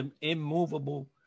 immovable